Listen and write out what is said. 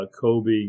Kobe